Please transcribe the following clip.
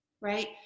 right